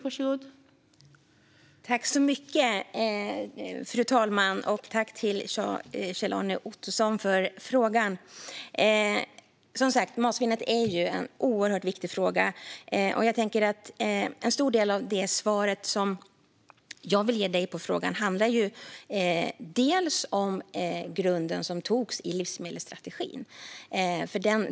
Fru talman! Tack för frågan, Kjell-Arne Ottosson! Matsvinnet är som sagt en oerhört viktig fråga, och en stor del av det svar jag vill ge dig handlar om den grund som antogs i livsmedelsstrategin.